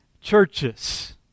churches